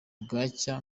bwacya